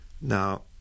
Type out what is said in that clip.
Now